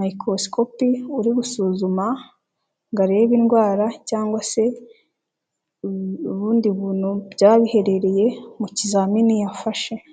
microscopi uri gusuzuma ngo arebe indwara cyangwa se ubindi bintu byaba biherereye mu kizamini yafashe.